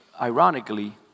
ironically